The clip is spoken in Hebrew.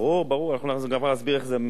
אנחנו נסביר איך זה מהיום והלאה.